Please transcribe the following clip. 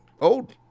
old